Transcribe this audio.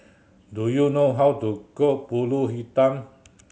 do you know how to cook Pulut Hitam